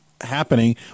happening